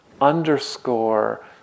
underscore